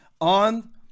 on